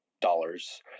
dollars